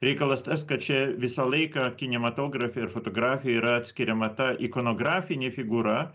reikalas tas kad čia visą laiką kinematografe ir fotografijoj yra atskiriama ta ikonografinė figūra